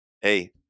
hey